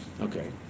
Okay